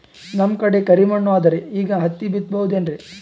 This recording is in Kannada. ನಮ್ ಕಡೆ ಕರಿ ಮಣ್ಣು ಅದರಿ, ಈಗ ಹತ್ತಿ ಬಿತ್ತಬಹುದು ಏನ್ರೀ?